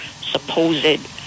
supposed